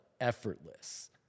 effortless